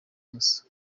musa